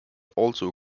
also